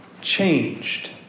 changed